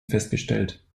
festgestellt